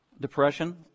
depression